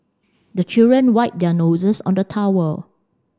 the children wipe their noses on the towel